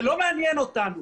זה לא מעניין אותנו.